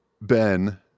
Ben